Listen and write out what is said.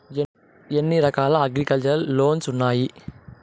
ఎన్ని రకాల agriculture loans ఉండాయి